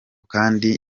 kandi